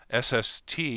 SST